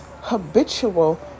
habitual